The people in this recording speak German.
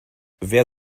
wer